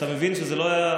אתה מבין שזה לא היה,